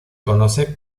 conoce